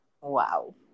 Wow